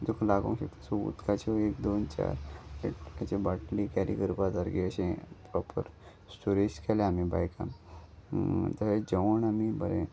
जका लागोंक शकता सो उदकाच्यो एक दोन चार्य बाटली कॅरी करपा सारकी अशें प्रोपर स्टोरेज केल्या आमी बायकान तशें जेवण आमी बरें